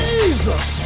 Jesus